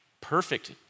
Perfect